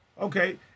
Okay